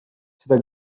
seda